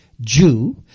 Jew